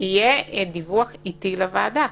יהיה דיווח עיתי לוועדה,